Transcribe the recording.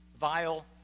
vile